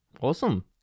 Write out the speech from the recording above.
awesome